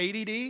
ADD